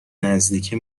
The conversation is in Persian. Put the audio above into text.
نزدیکه